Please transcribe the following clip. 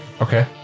Okay